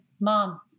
mom